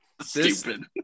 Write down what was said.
Stupid